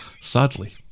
sadly